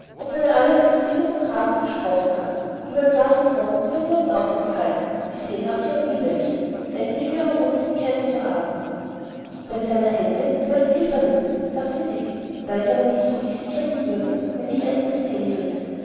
obwohl er allerdings immer nur von einem grafen gesprochen hat ueber grafenkronen haben wir uns auch unterhalten gesehen habe ich aber nie welche denk mir hier herum sind keine zu haben wenn's einer hätte wär's tiffany sagte dick weiß aber nicht ob ich sie kennen würde wenn ich eine zu sehen kriegte